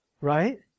Right